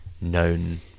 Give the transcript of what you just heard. known